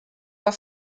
war